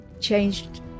changed